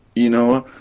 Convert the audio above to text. you know,